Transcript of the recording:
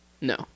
No